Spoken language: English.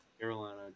Carolina